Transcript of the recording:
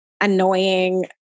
annoying